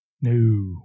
No